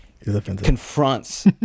confronts